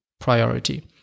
priority